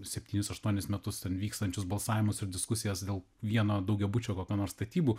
septynis aštuonis metus ten vykstančius balsavimus ir diskusijas dėl vieno daugiabučio kokio nors statybų